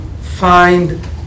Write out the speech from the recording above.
find